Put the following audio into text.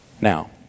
Now